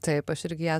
taip aš irgi ją